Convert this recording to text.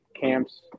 camps